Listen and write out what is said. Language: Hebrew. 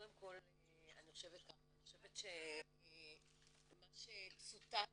קודם כל אני חושבת שמה שצוטט